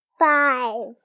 Five